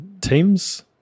teams